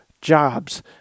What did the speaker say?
jobs